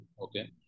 Okay